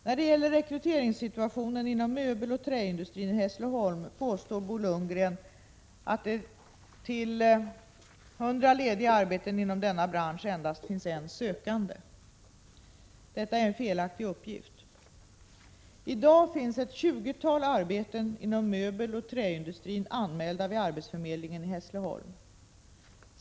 När det gäller rekryteringssituationen inom möbeloch träindustrin i Hässleholm påstår Bo Lundgren att det till 100 lediga arbeten inom denna bransch endast finns en sökande. Detta är en felaktig uppgift. I dag finns det ett 20-tal arbeten inom möbeloch träindustrin anmälda vid arbetsförmedlingen i Hässleholm.